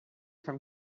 from